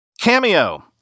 Cameo